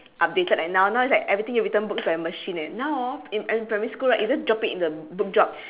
updated like now now is like everything you return books by machine eh now orh in in primary school right you just drop it in the book drop